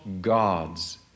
God's